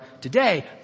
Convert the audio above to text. today